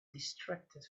distracted